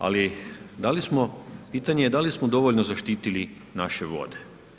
Ali da li smo, pitanje je da li smo dovoljno zaštitili naše vode?